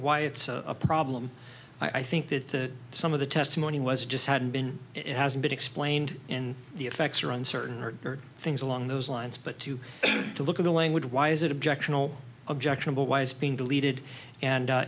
why it's a problem i think that some of the testimony was just hadn't been it hasn't been explained and the effects are on certain things along those lines but to to look at the language why is it objectional objectionable why it's been deleted and